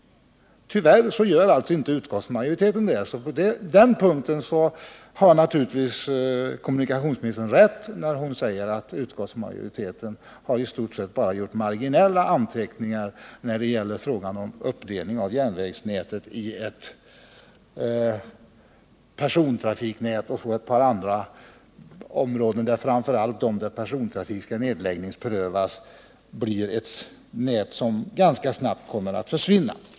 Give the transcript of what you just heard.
Tyvärr gör inte utskottsmajoriteten det. Kommunikationsministern har alltså rätt när hon säger att utskottsmajoriteten i stort sett bara gjort marginella anteckningar då det gäller uppdelningen av järnvägsnätet i ett persontrafiknät och ett par andra typer av nät. Framför allt de nät där persontrafiken skall nedläggningsprövas blir nät som ganska snart kommer att försvinna.